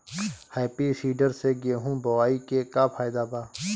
Happy seeder से गेहूं बोआई के का फायदा बा?